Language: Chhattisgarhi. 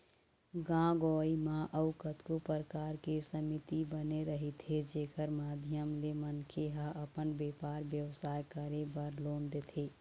गाँव गंवई म अउ कतको परकार के समिति बने रहिथे जेखर माधियम ले मनखे ह अपन बेपार बेवसाय करे बर लोन देथे